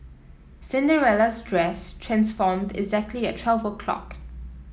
Cinderella's dress transformed exactly at twelve o' clock